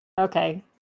Okay